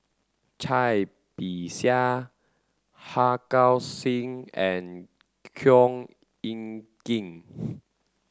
Cai Bixia Harga Singh and Khor Ean Ghee